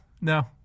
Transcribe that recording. no